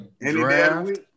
draft